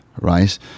right